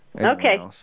Okay